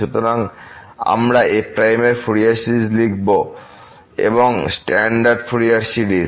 সুতরাং আমরা f এর ফুরিয়ার সিরিজ লিখব স্ট্যান্ডার্ড ফুরিয়ার সিরিজ